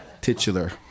Titular